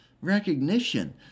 recognition